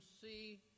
see